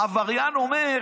העבריין אומר: